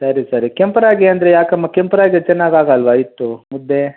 ಸರಿ ಸರಿ ಕೆಂಪು ರಾಗಿ ಅಂದರೆ ಯಾಕಮ್ಮ ಕೆಂಪು ರಾಗಿ ಚೆನ್ನಾಗಿ ಆಗಲ್ವಾ ಹಿಟ್ಟು ಮುದ್ದೆ